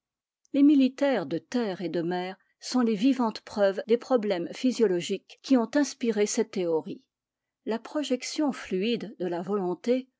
les militaires de terre et de mer sont les vivantes preuves des problèmes physiologiques qui ont inspiré cette théorie la projection fluide de la volonté